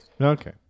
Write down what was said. Okay